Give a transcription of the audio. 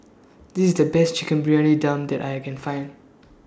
This IS The Best Chicken Briyani Dum that I Can Find